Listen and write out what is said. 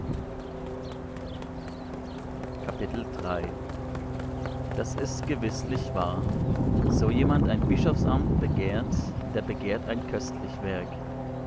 das ist gewißlich wahr so jemand ein bischofsamt begehrt der begehrt ein köstlich werk